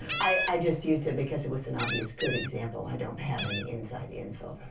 i i just used it because it was an obvious good example. i don't have any inside info.